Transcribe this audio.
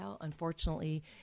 Unfortunately